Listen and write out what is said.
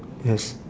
yes